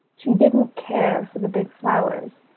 she didn't care for the big flowers,